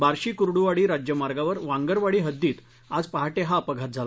बार्शी कुर्डुवाडी राज्य मार्गावर वांगरवाडी हद्दीत आज पहाटे हा अपघात झाला